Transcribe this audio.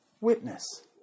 witness